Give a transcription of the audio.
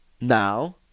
Now